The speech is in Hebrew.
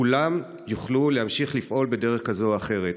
כולם יוכלו להמשיך לפעול בדרך כזאת או אחרת.